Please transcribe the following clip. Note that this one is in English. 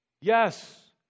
Yes